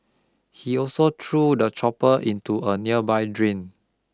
he also threw the chopper into a nearby drain